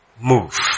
move